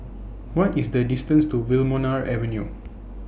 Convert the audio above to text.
What IS The distance to Wilmonar Avenue